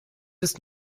ist